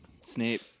Snape